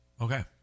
Okay